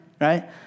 right